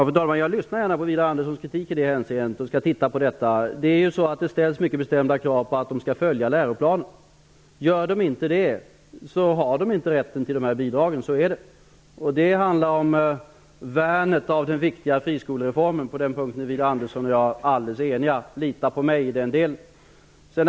Fru talman! Jag lyssnar gärna på Widar Anderssons kritik i detta avseende och kommer att undersöka detta. Det ställs mycket bestämda krav på att skolorna skall följa läroplanen. Om de inte gör det har de inte rätt till bidrag. Det handlar om värnet om den viktiga friskolereformen. På den punkten är Widar Andersson och jag helt eniga. Lita på mig i den delen.